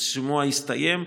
השימוע הסתיים,